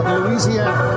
Louisiana